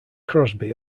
crosby